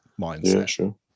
mindset